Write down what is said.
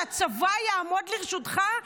שהצבא יעמוד לרשותך?